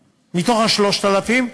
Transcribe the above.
מה-3,000,